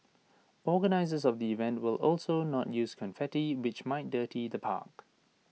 organisers of the event will also not use confetti which might dirty the park